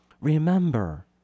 remember